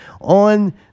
on